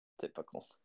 Typical